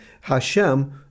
hashem